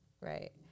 right